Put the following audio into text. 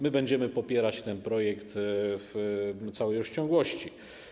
My będziemy popierać ten projekt w całej rozciągłości.